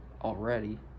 already